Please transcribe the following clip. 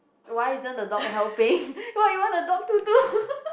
why isn't the dog helping what you want the dog to do